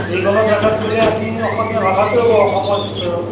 যিকোনো জাগাত গ'লে আমি অসমীয়া ভাষাটোয়ে কওঁ অসমৰ ভিতৰত